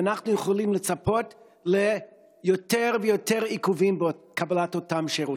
ואנחנו יכולים לצפות ליותר ויותר עיכובים בקבלת אותם שירותים.